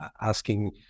asking